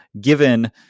given